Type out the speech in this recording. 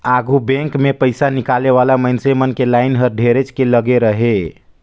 आघु बेंक मे पइसा निकाले वाला मइनसे मन के लाइन हर ढेरेच के लगे रहें